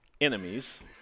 enemies